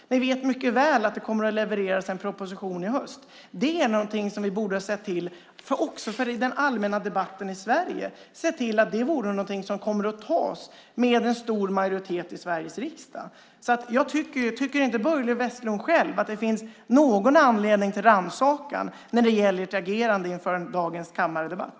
Ni vet mycket väl att en proposition kommer att levereras i höst. Det är någonting som vi också för den allmänna debatten i Sverige borde se till antas med en stor majoritet i Sveriges riksdag. Tycker inte Börje Vestlund att det finns någon anledning till självrannsakan när det gäller ert agerande inför dagens kammardebatt?